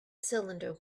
cylinder